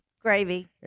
gravy